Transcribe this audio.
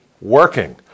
working